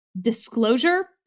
disclosure